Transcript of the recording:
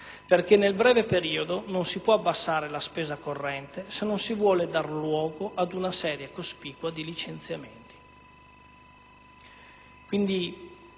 detto e sottolineato - non si può abbassare la spesa corrente, se non si vuole dar luogo ad una serie cospicua di licenziamenti.